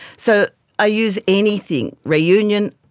so i use anything. reunion,